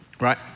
Right